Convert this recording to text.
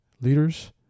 leaders